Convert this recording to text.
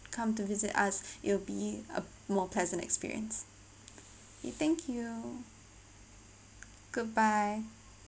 come to visit us it'll be a more pleasant experience thank you goodbye